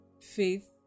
faith